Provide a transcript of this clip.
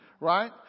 right